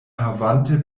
havante